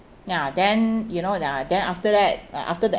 ya then you know ya then after that uh after the